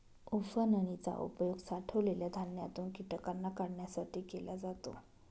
उफणनी चा उपयोग साठवलेल्या धान्यातून कीटकांना काढण्यासाठी केला जातो